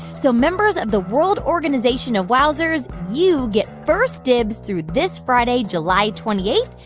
so members of the world organization of wowzers, you get first dibs through this friday, july twenty eight.